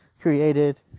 created